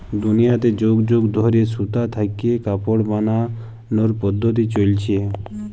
দুলিয়াতে যুগ যুগ ধইরে সুতা থ্যাইকে কাপড় বালালর পদ্ধতি চইলছে